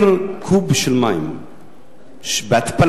קוב של מים בהתפלה,